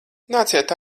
nāciet